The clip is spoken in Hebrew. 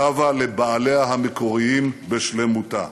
שבה לבעליה המקוריים בשלמותה.